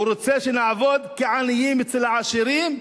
הוא רוצה שנעבוד כעניים אצל העשירים,